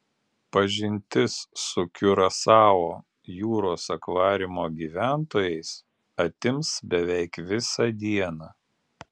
pažintis su kiurasao jūros akvariumo gyventojais atims beveik visą dieną